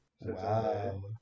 Wow